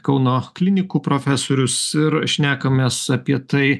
kauno klinikų profesorius ir šnekamės apie tai